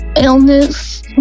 illness